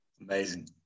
Amazing